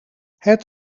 het